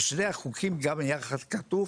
בשני החוקים גם יחד כתוב